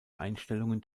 einstellungen